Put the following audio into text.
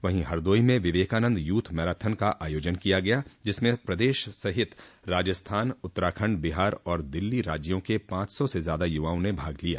वहीं हरदोई में Vivekananda youth marathon का आयोजन किया गया जिसमें प्रदेश सहित राजस्थान उत्तराखंड बिहार और दिल्ली राज्यों के पांच सौ से ज्यादा युवाओं ने भाग लिया